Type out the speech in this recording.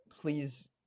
Please